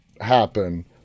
happen